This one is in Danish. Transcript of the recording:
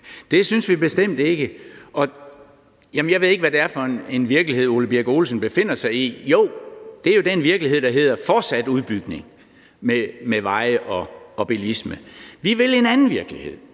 det synes vi bestemt ikke. Jeg ved ikke, hvad det er for en virkelighed, Ole Birk Olesen befinder sig i – jo, det er den virkelighed, der hedder fortsat udbygning med veje og bilisme. Vi vil en anden virkelighed